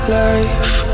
life